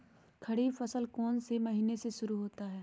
खरीफ फसल कौन में से महीने से शुरू होता है?